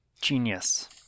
genius